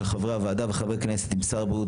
חברי הוועדה וחברי כנסת עם שר הבריאות,